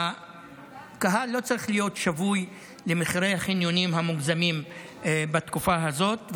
הקהל לא צריך להיות שבוי של מחירי החניונים המוגזמים בתקופה הזאת,